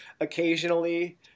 occasionally